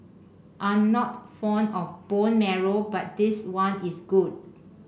I'm not fond of bone marrow but this one is good